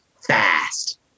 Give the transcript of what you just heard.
fast